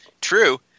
true